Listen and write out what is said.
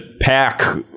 pack